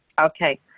Okay